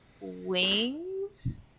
wings